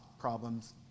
problems